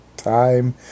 time